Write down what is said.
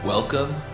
Welcome